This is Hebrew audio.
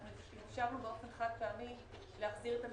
אנחנו אפשרנו באופן חד פעמי להחזיר את המקדמות.